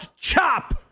chop